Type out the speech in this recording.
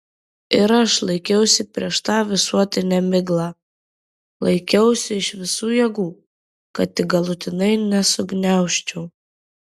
ir aš laikiausi prieš tą visuotiną miglą laikiausi iš visų jėgų kad tik galutinai nesugniaužčiau